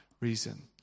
reason